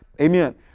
amen